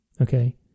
Okay